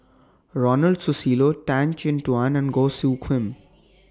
Ronald Susilo Tan Chin Tuan and Goh Soo Khim